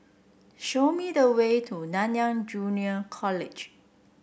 show me the way to Nanyang Junior College